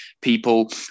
people